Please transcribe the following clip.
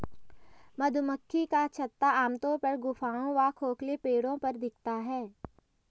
मधुमक्खी का छत्ता आमतौर पर गुफाओं व खोखले पेड़ों पर दिखता है